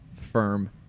firm